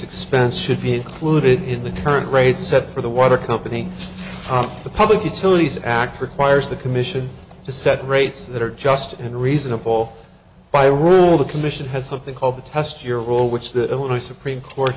expenses should be included in the current rate set for the water company on the public utilities act requires the commission to set rates that are just and reasonable by rule the commission has something called the test your role which the illinois supreme court